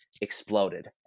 exploded